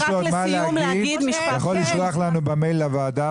מי שיש לו עוד מה להגיד יכול לשלוח לנו מייל לוועדה,